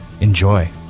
enjoy